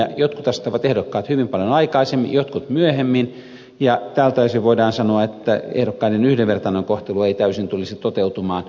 jotkut asettavat ehdokkaat hyvin paljon aikaisemmin jotkut myöhemmin ja tältä osin voidaan sanoa että ehdokkaiden yhdenvertainen kohtelu ei täysin tulisi toteutumaan